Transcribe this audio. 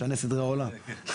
(הישיבה נפסקה בשעה 13:46 ונתחדשה בשעה 13:47.) נציג "ויקטורי",